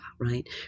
right